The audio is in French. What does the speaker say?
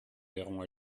verrons